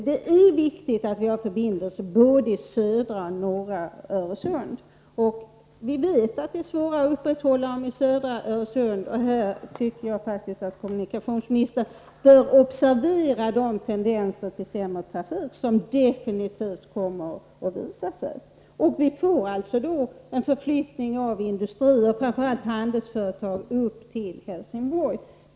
Det är viktigt att vi har förbindelse över både södra och norra Öresund. Vi vet att det är svårt att upprätthålla förbindelsen i södra Öresund. Här tycker jag faktiskt att kommunikationsministern bör observera de tendenser till sämre trafik som definitivt visar sig. Vi får en förflyttning av industrier, framför allt handelsföretag, upp till Helsingborg.